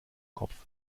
kopf